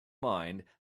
mind